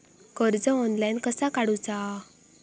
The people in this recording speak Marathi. कर्ज ऑनलाइन कसा काडूचा?